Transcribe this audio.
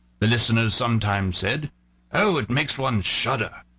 the listeners sometimes said oh! it makes one shudder,